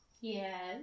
Yes